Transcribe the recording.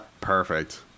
perfect